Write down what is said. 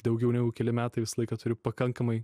daugiau negu keli metai visą laiką turiu pakankamai